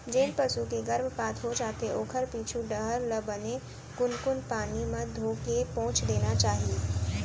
जेन पसू के गरभपात हो जाथे ओखर पीछू डहर ल बने कुनकुन पानी म धोके पोंछ देना चाही